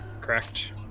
Correct